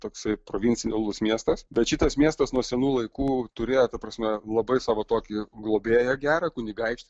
toksai provincialus miestas bet šitas miestas nuo senų laikų turėjo ta prasme labai savo tokį globėją gerą kunigaikštį